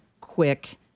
quick